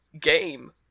game